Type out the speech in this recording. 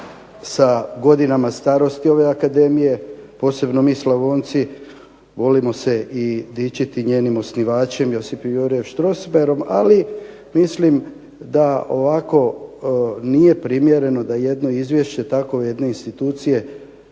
sa godinama starosti ove akademije, posebno mi Slavonci volimo se i dičiti njenim osnivačem Josipom Jurjem Strossmayerom, ali mislim da ovako nije primjereno da jedno izvješće takve jedne institucije